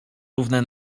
równe